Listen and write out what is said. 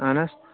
اَہن حظ